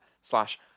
slash